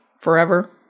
forever